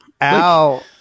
al